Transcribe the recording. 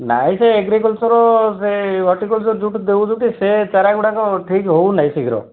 ନାଇଁ ସେ ଏଗ୍ରିକଲ୍ଚର ସେ ହର୍ଟିକଲ୍ଚର୍ ଯେଉଁଠୁ ଦେଉଛନ୍ତି ସେ ଚାରାଗୁଡ଼ାକ ଠିକ୍ରେ ହେଉନାହିଁ ଶୀଘ୍ର